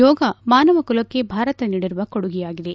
ಯೋಗ ಮಾನವ ಕುಲಕ್ಷೆ ಭಾರತ ನೀಡಿರುವ ಕೊಡುಗೆಯಾಗಿದೆ